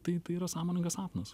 tai tai yra sąmoningas sapnas